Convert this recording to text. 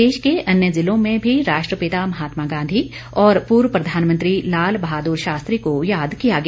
प्रदेश के अन्य ज़िलों में भी राष्ट्रपिता महात्मा गांधी और पूर्व प्रधानमंत्री लाल बहादुर शास्त्री को याद किया गया